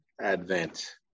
advent